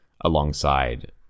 alongside